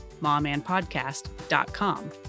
momandpodcast.com